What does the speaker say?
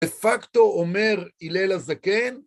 דה פקטו אומר הילל הזקן